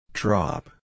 Drop